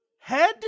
head